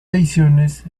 ediciones